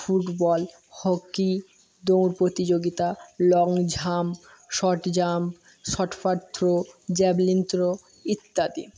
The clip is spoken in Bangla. ফুটবল হকি দৌড় প্রতিযোগিতা long jump short jump shot put throw javelin throw ইত্যাদি